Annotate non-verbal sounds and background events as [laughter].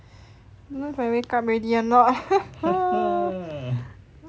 don't know if I wake up already or not [laughs]